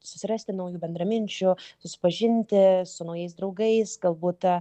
susirasti naujų bendraminčių susipažinti su naujais draugais galbūt